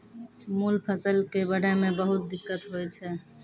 मूल फसल कॅ बढ़ै मॅ बहुत दिक्कत होय छै